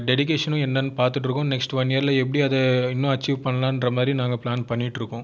டெடிகேஷனும் என்னென்னு பார்த்துட்டு இருக்கோம் நெக்ஸ்ட் ஒன் இயரில் எப்படி அதை இன்னும் அச்சீவ் பண்ணலாம்ங்ற மாதிரி நாங்கள் பிளான் பண்ணிகிட்டு இருக்கோம்